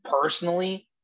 personally